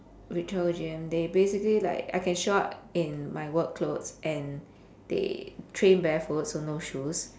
ritual gym they basically like I can show up in my work clothes and they train barefoot so no shoes